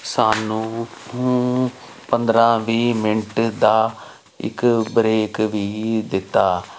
ਸਾਨੂੰ ਪੰਦਰ੍ਹਾਂ ਵੀਹ ਮਿੰਟ ਦਾ ਇਕ ਬਰੇਕ ਵੀ ਦਿੱਤਾ